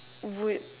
would